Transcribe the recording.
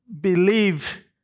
believe